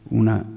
una